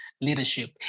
leadership